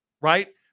right